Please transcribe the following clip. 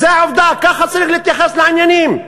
זאת העובדה, ככה צריך להתייחס לעניינים.